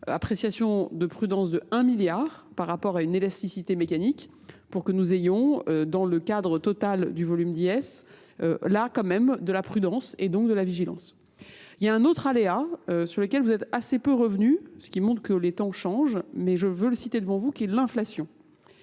appréciation de prudence de 1 milliard par rapport à une élasticité mécanique pour que nous ayons dans le cadre total du volume d'IS là quand même de la prudence et donc de la vigilance. Il y a un autre aléa sur lequel vous êtes assez peu revenu ce qui montre que les temps changent mais je veux le citer devant vous qui est l'inflation.